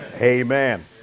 Amen